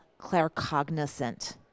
claircognizant